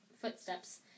footsteps